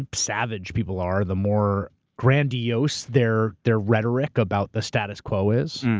ah savage people are. the more grandiose their their rhetoric about the status quo is.